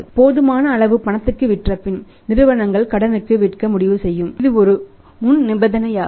போதுமான அளவு பணத்திற்கு விற்ற பின் நிறுவனங்கள் கடனுக்கு விற்க முடிவு செய்யும் இது ஒரு முன் நிபந்தனையாகும்